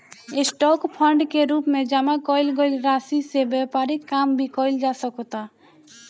stock fund के रूप में जामा कईल गईल राशि से व्यापारिक काम भी कईल जा सकता